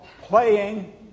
playing